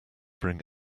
bring